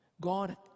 God